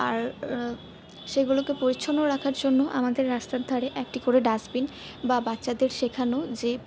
আর সেগুলোকে পরিচ্ছন্ন রাখার জন্য আমাদের রাস্তার ধারে একটি করে ডাস্টবিন বা বাচ্চাদের শেখানো যে